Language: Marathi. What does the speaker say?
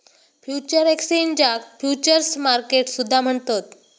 फ्युचर्स एक्सचेंजाक फ्युचर्स मार्केट सुद्धा म्हणतत